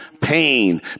pain